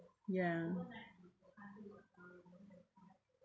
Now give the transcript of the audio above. ya